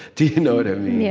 do you know what i mean?